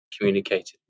communicated